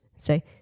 Say